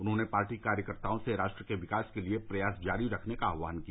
उन्होंने पार्टी कार्यकर्ताओं से राष्ट्र के विकास के लिए प्रयास जारी रखने का आहवान किया